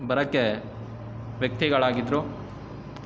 ಬರಕ್ಕೆ ವ್ಯಕ್ತಿಗಳಾಗಿದ್ದರು